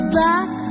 back